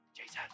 Jesus